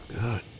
Good